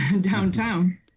downtown